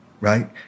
right